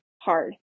hard